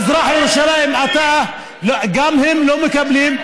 מזרח ירושלים, גם הם לא מקבלים.